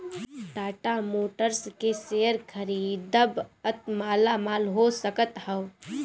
Tata Motors के share खरीदबअ त मालामाल हो सकत हवअ